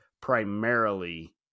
primarily